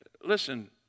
Listen